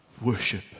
Worship